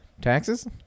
taxes